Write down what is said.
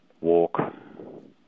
walk